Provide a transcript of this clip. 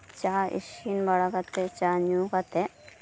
ᱪᱟ ᱤᱥᱤᱱ ᱵᱟᱲᱟ ᱠᱟᱛᱮᱫ ᱪᱟ ᱧᱩ ᱠᱟᱛᱮᱫ